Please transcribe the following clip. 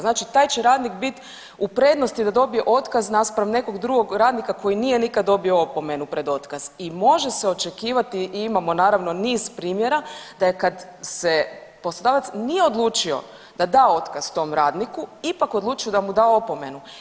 Znači, taj će radnik biti u prednosti da dobije otkaz naspram nekog drugog radnika koji nije nikad dobio opomenu pred otkaz i može se očekivati i imamo naravno niz primjera da je kad se poslodavac nije odlučio da da otkaz tom radniku ipak odlučio da mu da opomenu.